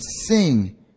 sing